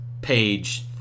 page